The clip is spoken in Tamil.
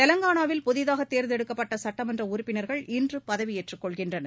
தெலங்கானாவில் புதிதாக தேர்ந்தெடுக்கப்பட்ட சுட்டமன்ற உறுப்பினர்கள் இன்று பதவியேற்றுக் கொள்கின்றனர்